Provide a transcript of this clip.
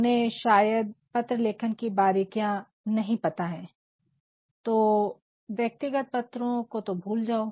उन्हें शायद पत्र लेखन की बारीकियां नहीं पता है तो व्यक्तिगत पत्रों को तो भूल जाओ